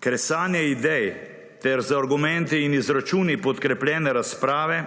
Kresanje idej ter z argumenti in izračuni podkrepljene razprave